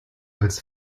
als